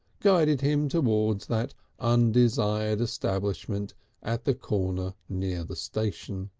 guided him towards that undesired establishment at the corner near the station.